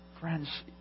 friends